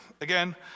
Again